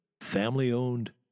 family-owned